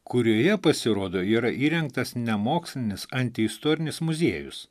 kurioje pasirodo yra įrengtas nemokslinis antiistorinis muziejus